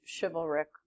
chivalric